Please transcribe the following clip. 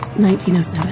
1907